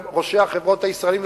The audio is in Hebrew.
לראשי החברות הישראליים,